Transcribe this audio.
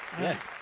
Yes